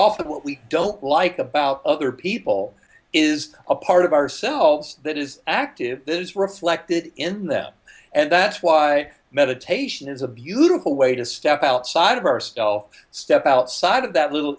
often what we don't like about other people is a part of ourselves that is active is reflected in them and that's why meditation is a beautiful way to step outside of ourself step outside of that little